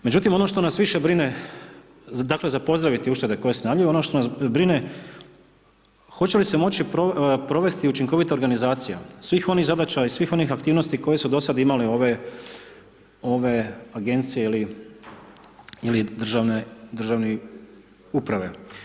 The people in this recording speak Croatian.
Međutim, ono što nas više brine, dakle, za pozdraviti uštede koje se najavljuju, ono što brine hoće li se moći provesti učinkovita organizacija svih onih zadaća i svih onih aktivnosti koje su do sada imale ove Agencije ili Državne uprave.